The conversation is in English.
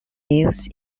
lives